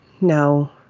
no